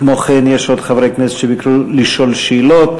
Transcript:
כמו כן יש עוד חברי כנסת שביקשו לשאול שאלות,